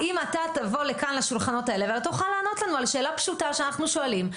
האם תבוא לכאן ולא תוכל לענות לנו על שאלה פשוטה שאנחנו שואלים,